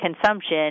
consumption